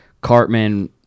Cartman